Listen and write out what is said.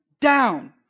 down